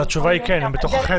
אז התשובה היא כן, הם בתוך החדר.